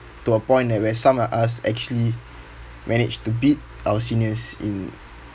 to a point that where some of us actually managed to beat our seniors in